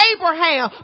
Abraham